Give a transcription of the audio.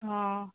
ହଁ